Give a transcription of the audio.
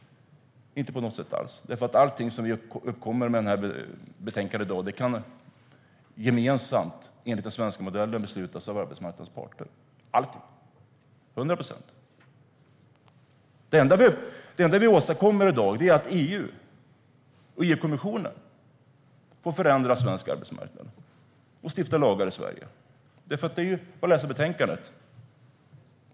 Inte på något sätt alls, därför att allting som uppkommer i och med dagens beslut kan gemensamt, enligt den svenska modellen, beslutas av arbetsmarknadens parter. Allting - 100 procent. Det enda vi åstadkommer i dag är att EU och kommissionen får förändra svensk arbetsmarknad och stifta lagar i Sverige. Det är bara att läsa betänkandet!